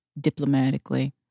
Diplomatically